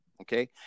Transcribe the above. Okay